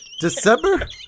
December